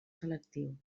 selectiu